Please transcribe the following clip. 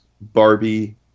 barbie